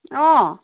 অঁ